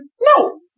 No